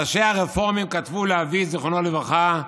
ראשי הרפורמים כתבו לאבי, זיכרונו לברכה: